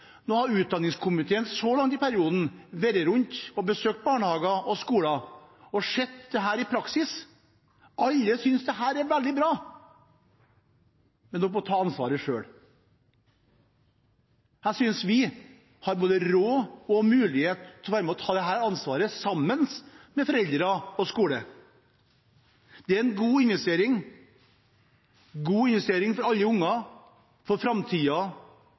Utdanningskomiteen har så langt i perioden vært rundt og besøkt barnehager og skoler og har sett dette i praksis. Alle synes dette er veldig bra, men man må ta ansvaret selv. Jeg synes vi har både råd og mulighet til å være med og ta dette ansvaret, sammen med foreldre og skole. Det er en god investering og en god justering for framtiden for alle unger og for